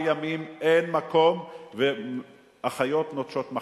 ימים אין מקום ואחיות נוטשות מחלקות,